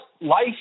life